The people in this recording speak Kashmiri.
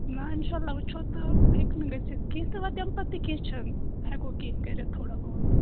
نہَ اِنشاء اللہ وُچھو ہیٚکہِ نہٕ گٔژھِتھ کیٚنٛہہ تہٕ وۅنۍ تَمہِ پَتہٕ تہِ کیٚنٛہہ چھَنہٕ ہیٚکو کیٚنٛہہ کٔرِتھ تھوڑا بہت